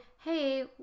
hey